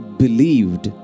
believed